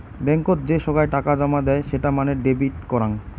বেঙ্কত যে সোগায় টাকা জমা দেয় সেটা মানে ডেবিট করাং